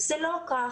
זה לא כך.